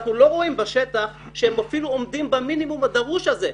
אנחנו לא רואים בשטח שהם אפילו עומדים במינימום הדרוש הזה.